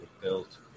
built